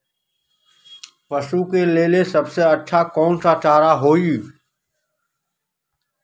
पशु के लेल सबसे अच्छा कौन सा चारा होई?